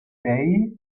day